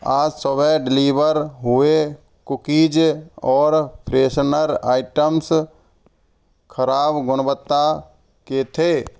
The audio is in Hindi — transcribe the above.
आज सुबह डिलीवर हुए कुकीज़ और फ्रेशनर आइटम्स खराब गुणवत्ता के थे